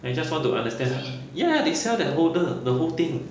I just want to understand uh ya they sell the holder the whole thing